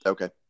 Okay